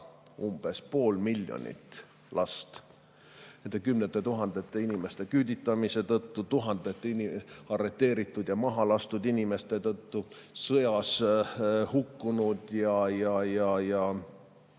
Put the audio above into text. umbes pool miljonit last. Nende kümnete tuhandete inimeste küüditamise tõttu, tuhandete arreteeritud ja maha lastud inimeste tõttu, sõjas hukkunud ja